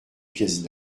pièces